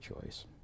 choice